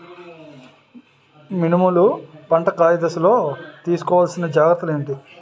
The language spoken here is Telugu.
మినుములు పంట కాయ దశలో తిస్కోవాలసిన జాగ్రత్తలు ఏంటి?